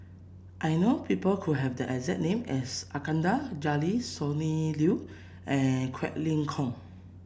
I know people who have the exact name as Iskandar Jalil Sonny Liew and Quek Ling Kiong